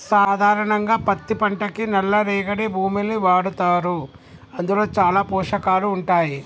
సాధారణంగా పత్తి పంటకి నల్ల రేగడి భూముల్ని వాడతారు అందులో చాలా పోషకాలు ఉంటాయి